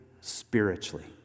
spiritually